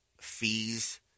fees